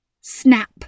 Snap